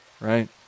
right